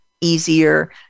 easier